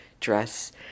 dress